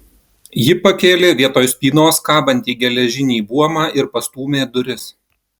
ji pakėlė vietoj spynos kabantį geležinį buomą ir pastūmė duris